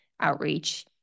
outreach